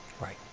right